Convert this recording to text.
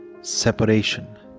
separation